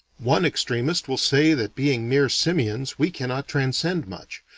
one extremist will say that being mere simians we cannot transcend much,